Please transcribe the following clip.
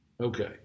Okay